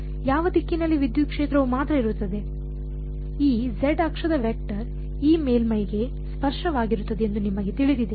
ಯಾವ ದಿಕ್ಕಿನಲ್ಲಿ ವಿದ್ಯುತ್ ಕ್ಷೇತ್ರವು ಮಾತ್ರ ಇರುತ್ತದೆ ಈ z ಅಕ್ಷದ ವೆಕ್ಟರ್ ಈ ಮೇಲ್ಮೈಗೆ ಸ್ಪರ್ಶವಾಗಿರುತ್ತದೆ ಎಂದು ನಿಮಗೆ ತಿಳಿದಿದೆಯೇ